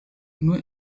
nur